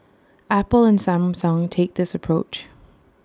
Apple and Samsung take this approach